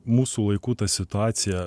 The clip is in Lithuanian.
mūsų laikų ta situacija